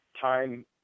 time